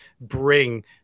bring